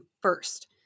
first